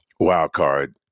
wildcard